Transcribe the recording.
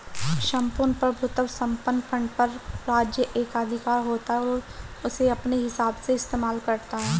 सम्पूर्ण प्रभुत्व संपन्न फंड पर राज्य एकाधिकार होता है और उसे अपने हिसाब से इस्तेमाल करता है